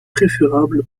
préférable